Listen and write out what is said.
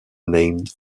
named